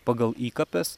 pagal įkapes